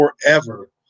forever